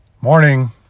Morning